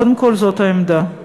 קודם כול, זאת העמדה.